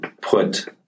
put